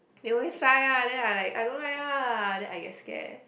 he always sigh ah then I like don't like lah then I get scared